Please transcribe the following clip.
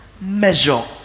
measure